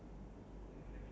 oh